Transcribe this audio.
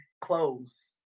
clothes